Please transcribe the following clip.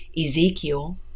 Ezekiel